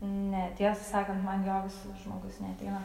ne tiesą sakant man jo vis žmogus neateina